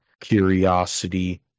curiosity